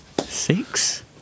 Six